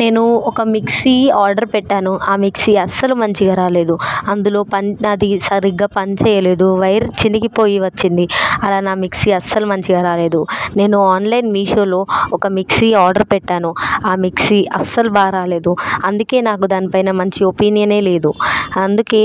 నేను ఒక mixie order పెట్టాను ఆ మిక్సీ అస్సలు మంచిగా రాలేదు అందులో పని అది అస్సలు సరిగ్గా పనిచేయలేదు వైర్ చిరిగిపోయి వచ్చింది అలా నా మిక్సీ అస్సలు మంచిగా రాలేదు నేను ఆన్లైన్ మీషోలో ఒక మిక్సీ ఆర్డర్ పెట్టాను ఆ మిక్సీ అస్సలు బాగా రాలేదు అందుకే దానిపైన నాకు మంచి ఒపీనియనే లేదు అందుకే